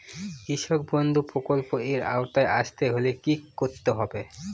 কৃষকবন্ধু প্রকল্প এর আওতায় আসতে হলে কি করতে হবে?